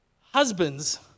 husbands